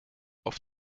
auf